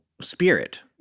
spirit